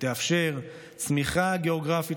שתאפשר צמיחה גיאוגרפית,